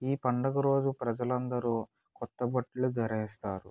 ఈ పండుగ రోజు ప్రజలందరూ కొత్తబట్టలు ధరిస్తారు